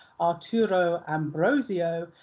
arturo ambrosio,